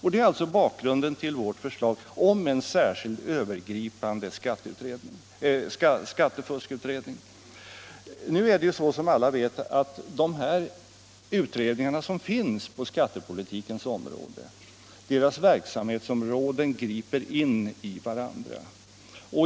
Detta är alltså bakgrunden till vårt förslag om en särskild, övergripande skattefuskutredning. Nu vet vi ju alla att de utredningar som redan finns på skattepolitikens område griper in i varandra.